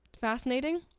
fascinating